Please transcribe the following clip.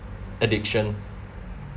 addiction